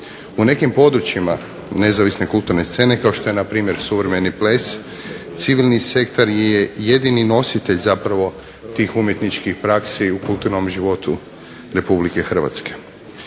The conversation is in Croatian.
U nekim područjima nezavisne kulturne scene kao što je npr. suvremeni ples civilni sektor je jedini nositelj zapravo tih umjetničkih praksi u kulturnom životu RH. O tome